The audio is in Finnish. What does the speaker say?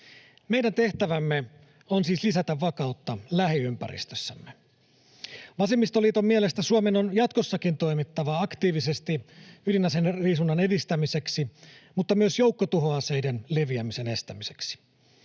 Meidän tehtävämme on siis lisätä vakautta lähiympäristössämme. Vasemmistoliiton mielestä Suomen on jatkossakin toimittava aktiivisesti ydinaseiden riisunnan edistämiseksi mutta myös joukkotuhoaseiden leviämisen estämiseksi